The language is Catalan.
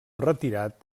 retirat